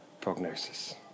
prognosis